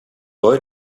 boy